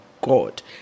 God